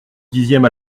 dixième